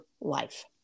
life